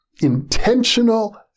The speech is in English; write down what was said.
intentional